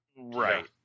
Right